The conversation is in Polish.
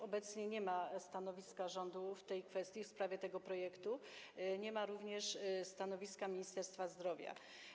Obecnie nie ma stanowiska rządu w tej kwestii, w sprawie tego projektu, nie ma również stanowiska Ministerstwa Zdrowia.